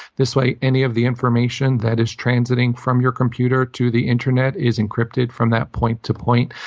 this way, any of the information that is transiting from your computer to the internet is encrypted from that point to point.